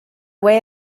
way